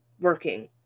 working